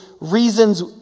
reasons